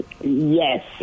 Yes